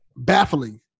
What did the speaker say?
baffling